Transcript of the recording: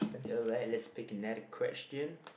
alright let's pick another question